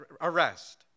arrest